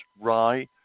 rye